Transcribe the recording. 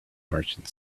merchant